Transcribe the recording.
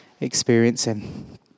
experiencing